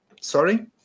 Sorry